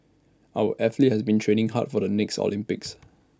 our athletes have been training hard for the next Olympics